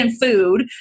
food